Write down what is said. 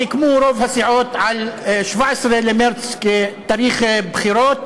סיכמו רוב הסיעות על 17 במרס כתאריך בחירות.